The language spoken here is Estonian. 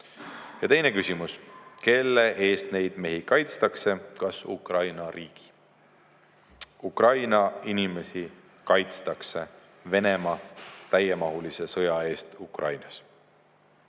Ja teine küsimus: "Kelle eest neid mehi kaitstakse, kas Ukraina riigi eest?" Ukraina inimesi kaitstakse Venemaa täiemahulise sõja eest Ukrainas.